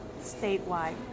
statewide